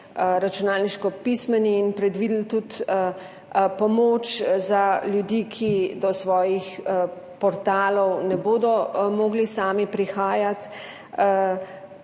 računalniško pismeni, in predvideli tudi pomoč za ljudi, ki do svojih portalov ne bodo mogli sami prihajati.